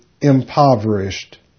impoverished